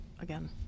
again